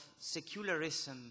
secularism